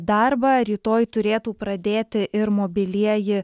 darbą rytoj turėtų pradėti ir mobilieji